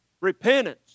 Repentance